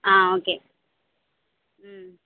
ஆ okay ம்